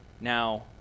Now